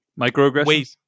microaggressions